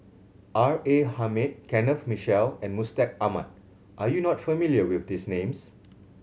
R A Hamid Kenneth Mitchell and Mustaq Ahmad are you not familiar with these names